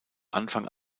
anfang